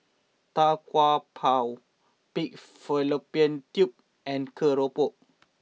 Tau Kwa Pau Pig Fallopian Tubes and Keropok